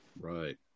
Right